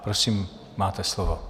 Prosím, máte slovo.